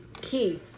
key